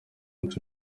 munsi